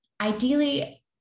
Ideally